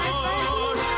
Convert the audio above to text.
Lord